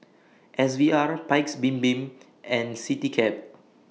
S V R Paik's Bibim and Citycab